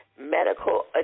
medical